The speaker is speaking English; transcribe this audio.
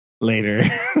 later